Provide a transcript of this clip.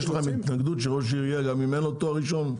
יש לכם התנגדות שראש עיר יהיה גם אם אין לו תואר ראשון?